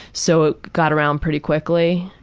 so it got around pretty quickly,